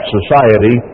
society